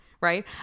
Right